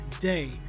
day